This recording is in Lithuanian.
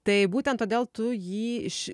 tai būtent todėl tu jį iš